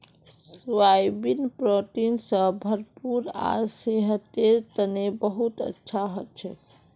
soybean protein स भरपूर आर सेहतेर तने बहुत अच्छा हछेक